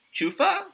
chufa